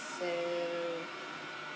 err